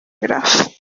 میرفت